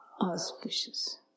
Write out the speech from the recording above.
Auspicious